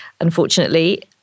Unfortunately